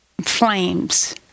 Flames